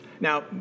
Now